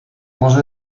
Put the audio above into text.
może